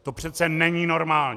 To přeci není normální!